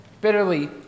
bitterly